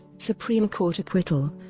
supreme court acquittal